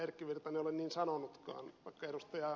erkki virtanen ole niin sanonutkaan vaikka ed